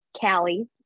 Callie